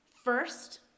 First